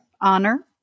Honor